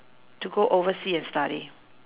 to go oversea and study